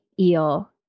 eel